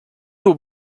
aux